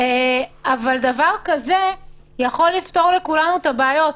אבל דבר כזה יכול לפתור לכולנו את הבעיות.